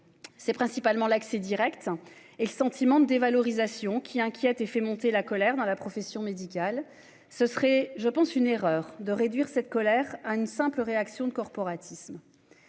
C'est principalement l'accès Direct et le sentiment de dévalorisation qui inquiète et fait monter la colère dans la profession médicale ce serait je pense une erreur de réduire cette colère à une simple réaction de corporatisme.